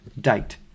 date